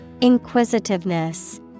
Inquisitiveness